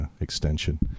extension